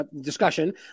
discussion